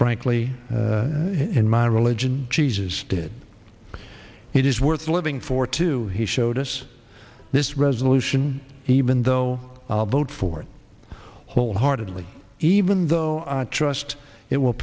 frankly in my religion jesus did it is worth living for to he showed us this resolution even though i'll vote for it wholeheartedly even though i trust it will